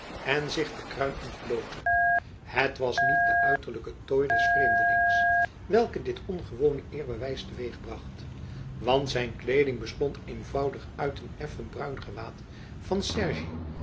en zich de kruin ontblootte het was niet de uiterlijke tooi des vreemdelings welke dit ongewone eerbewijs teweegbracht want zijn kleeding bestond eenvoudig uit een effen bruin gewaad van sergie